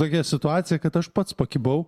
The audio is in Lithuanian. tokia situacija kad aš pats pakibau